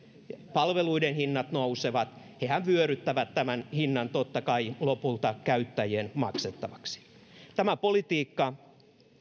palveluiden hinnat nousevat hehän vyöryttävät tämän hinnan totta kai lopulta käyttäjien maksettavaksi tämä politiikka